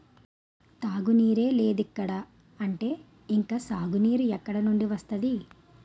తాగునీరే లేదిక్కడ అంటే ఇంక సాగునీరు ఎక్కడినుండి వస్తది?